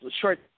short